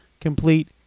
complete